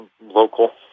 local